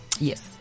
Yes